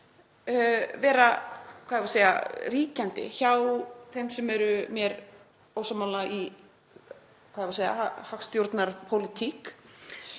vera ríkjandi, hjá þeim sem eru mér ósammála um hagstjórnarpólitík,